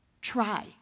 Try